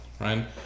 right